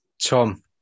Tom